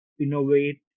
innovate